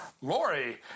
Lori